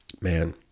man